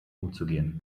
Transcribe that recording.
umzugehen